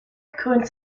gekrönt